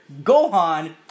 Gohan